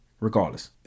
regardless